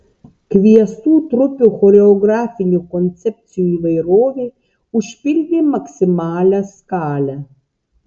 kviestų trupių choreografinių koncepcijų įvairovė užpildė maksimalią skalę